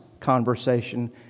Conversation